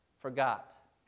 forgot